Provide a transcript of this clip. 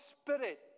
spirit